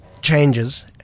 changes